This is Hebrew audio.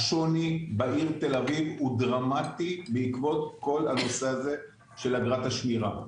השוני בעיר תל אביב הוא דרמטי בעקבות כל הנושא של אגרת השמירה.